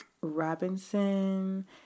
Robinson